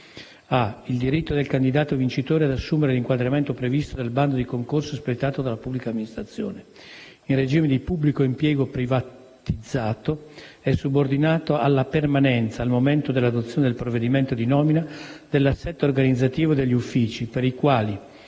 il diritto del candidato vincitore ad assumere l'inquadramento previsto dal bando di concorso espletato dalla pubblica amministrazione. In regime di pubblico impiego privatizzato è subordinato alla permanenza, al momento dell'adozione del provvedimento di nomina, dell'assetto organizzativo degli uffici, per i quali